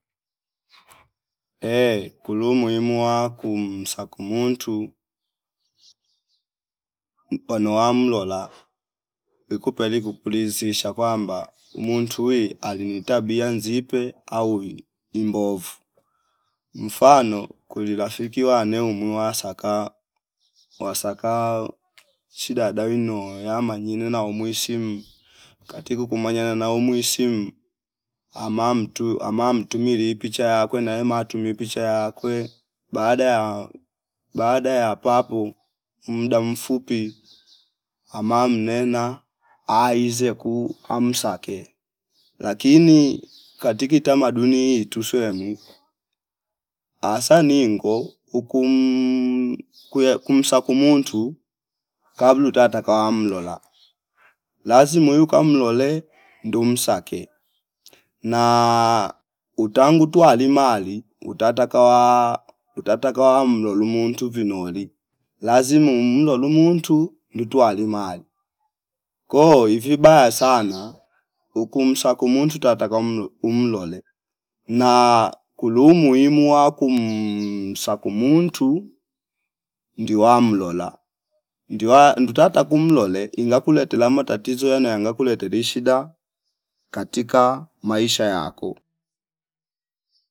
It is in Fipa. Ehh kulu umuhimu wa kumsa kumuntu pano wamlola ikupeli kuukulizisha kwamba umuntu wi ali ni tabia zipe au imbovu, mfano kulila fiki wane umui wasaka wasaka chidada wino ya manyine nena umuishimu kati kukumanya nanae umuishimu ama muntu ama muntumili picha yakwe nayematu tumi picha yakwe baada ya- baada yapapo mdaa mfupui ama mnena aize kuu amsake lakini katika tamaduni itu soyemwi asa ningo ukum kuye kumsakumuntu kabla utata kawa mlola lazima muyu kamlole ndu msake na utangu tawalima mali utata kaw uatata kawa mlolu muntu vinoli lazima ummlu mlo lumuntu ndutwa walimali ko ivibaya sana uku msako muntu tata kwa umlo- umlole na kulu umuhimu wa kuum saku muntu ndi mlola ndiwa ndutata kumlole inga kule tela matatizo yena yanga kuleteli shida katika yako.